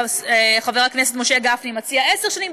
חבר הכנסת משה גפני מציע עשר שנים.